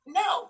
no